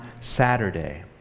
Saturday